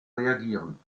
reagieren